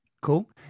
Cool